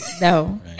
no